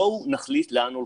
בואו נחליט לאן הולכים,